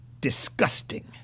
disgusting